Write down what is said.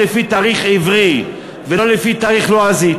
לפי תאריך עברי ולא לפי תאריך לועזי,